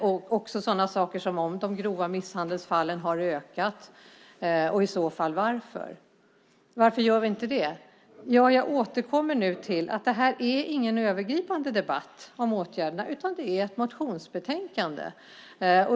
Det handlar också om sådana saker som huruvida de grova misshandelsfallen har ökat och i så fall varför. Varför tar vi inte upp detta? Jag återkommer till att det här inte är någon övergripande debatt om åtgärderna, utan ett motionsbetänkande.